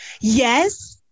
yes